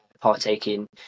partaking